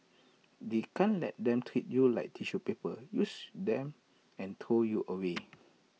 you can't let them treat you like tissue paper use then throw you away